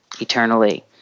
eternally